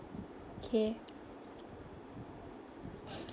okay